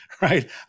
right